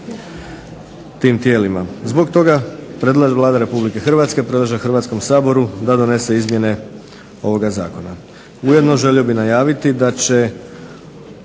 tim tijelima. Zbog toga Vlada Republike Hrvatske predlaže Hrvatskom saboru da donese izmjene ovoga Zakona. Ujedno želio bih najaviti da će